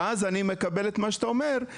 ואז אני מקבל את מה שאתה אומר,